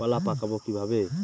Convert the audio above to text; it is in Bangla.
কলা পাকাবো কিভাবে?